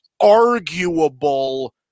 arguable